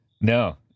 no